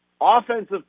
Offensive